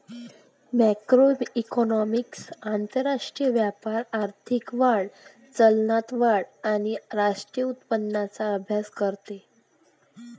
macroeconomics आंतरराष्ट्रीय व्यापार, आर्थिक वाढ, चलनवाढ आणि राष्ट्रीय उत्पन्नाचा अभ्यास करते